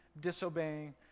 disobeying